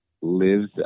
lives